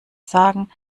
sagen